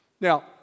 Now